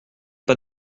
pas